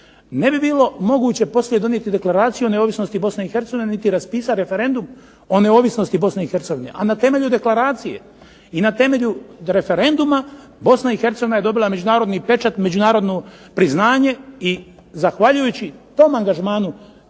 ne bi bilo moguće poslije donijeti Deklaraciju o neovisnosti Bosne i Hercegovine niti raspisati referendum o neovisnosti Bosne i Hercegovine. A na temelju deklaracije i na temelju referenduma Bosna i Hercegovina je dobila međunarodni pečat, međunarodno priznanje. I zahvaljujući tom angažmanu